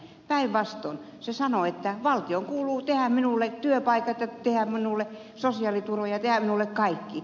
päinvastoin se sanoo että valtion kuuluu tehdä minulle työpaikat tehdä minulle sosiaaliturva ja tehdä minulle kaikki